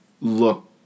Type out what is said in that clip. look